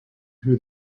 who